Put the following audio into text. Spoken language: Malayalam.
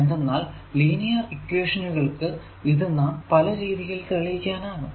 എന്തെന്നാൽ ലീനിയർ ഇക്വേഷനുകൾക്കു ഇത് നാം പലരീതിയിൽ തെളിയിക്കാനാകും